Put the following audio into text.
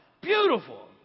Beautiful